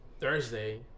Thursday